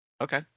Okay